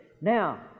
Now